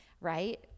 right